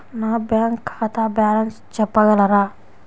నా బ్యాంక్ ఖాతా బ్యాలెన్స్ చెప్పగలరా?